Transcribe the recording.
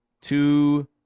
two